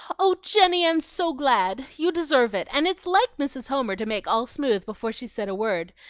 oh, jenny, i'm so glad! you deserve it, and it's like mrs. homer to make all smooth before she said a word.